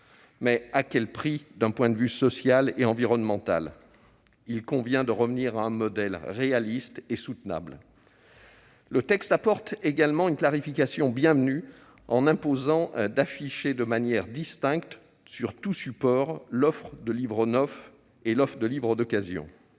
mais à quel prix d'un point de vue social et environnemental ? Il convient de revenir à un modèle réaliste et soutenable. Le texte apporte également une clarification bienvenue en imposant d'afficher de manière distincte sur tout support l'offre de livres neufs et l'offre de livres d'occasion.